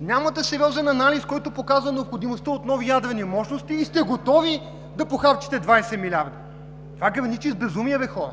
Нямате сериозен анализ, който да показва необходимостта от нови ядрени мощности и сте готови да похарчите 20 милиарда! Това граничи с безумие, бе, хора!